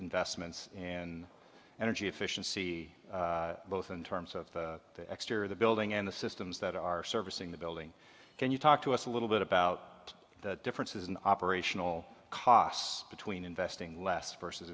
investments and energy efficiency both in terms of the exterior of the building and the systems that are servicing the building can you talk to us a little bit about the differences in operational costs between investing less versus